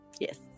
Yes